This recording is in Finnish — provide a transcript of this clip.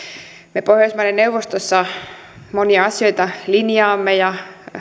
me pohjoismaiden neuvostossa monia asioita linjaamme ja